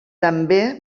també